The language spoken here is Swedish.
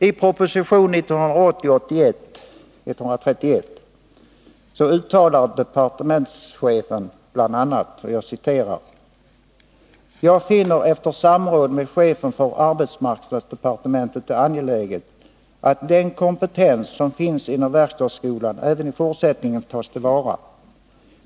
I proposition 1980/81:131 uttalar departementschefen bl.a.: ”Jag finner efter samråd med chefen för arbetsmarknadsdepartementet det angeläget att den kompetens som finns inom verkstadsskolan även i fortsättningen tas till vara.